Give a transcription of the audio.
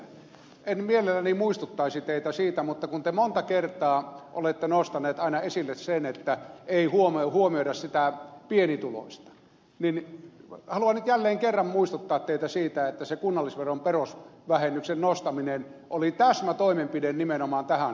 tennilä en mielelläni muistuttaisi teitä siitä mutta kun te monta kertaa olette nostanut aina esille sen että ei huomioida sitä pienituloista niin haluan jälleen kerran muistuttaa teitä siitä että se kunnallisveron perusvähennyksen nostaminen oli täsmätoimenpide nimenomaan tähän suuntaan